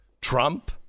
Trump